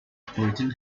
puritan